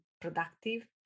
productive